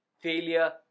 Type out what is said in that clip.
failure